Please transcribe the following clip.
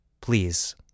please